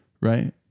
Right